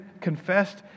confessed